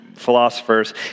philosophers